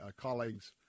colleagues